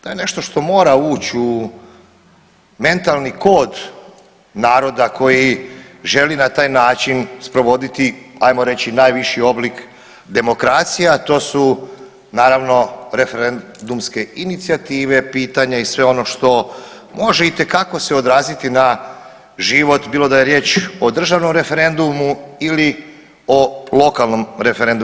To je nešto što mora ući u mentalni kod naroda koji želi na taj način sprovoditi ajmo reći najviši oblik demokracije, a to su naravno referendumske inicijative, pitanja i sve ono što može itekako se odraziti na život bilo da je riječ o državnom referendumu ili o lokalnom referendumu.